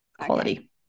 quality